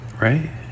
right